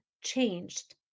changed